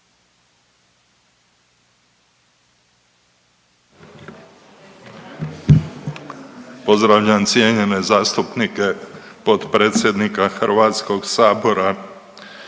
Pozdravljam cijenjene zastupnike, potpredsjednika HS-a.